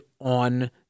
on